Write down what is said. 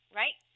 right